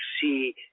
see